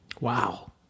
Wow